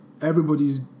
everybody's